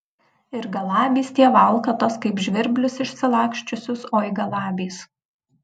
ir galabys tie valkatos kaip žvirblius išsilaksčiusius oi galabys